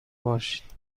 باشید